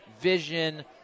vision